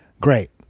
Great